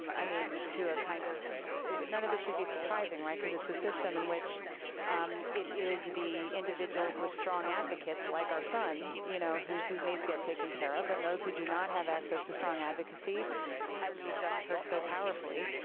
um i mean to a kind of none of this should be surprising, right, because it's a system in which it is the individuals with strong advocates like our son, you know, whose whose needs get taken care of and those who do not have access to strong advocacy as we just heard so powerfully,